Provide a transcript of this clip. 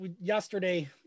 yesterday